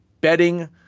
betting